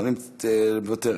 מוותרת,